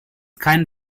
kein